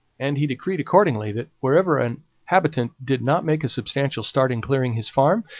and he decreed, accordingly, that wherever a habitant did not make a substantial start in clearing his farm,